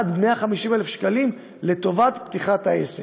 של עד 150,000 שקלים לפתיחת העסק.